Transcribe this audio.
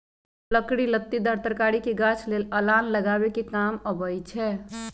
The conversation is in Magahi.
लकड़ी लत्तिदार तरकारी के गाछ लेल अलान लगाबे कें काम अबई छै